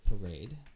parade—